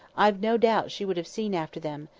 i've no doubt she would have seen after them,